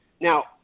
Now